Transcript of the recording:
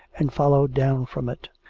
and followed down from it.